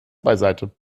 beiseite